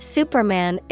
Superman